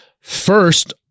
First